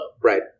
Right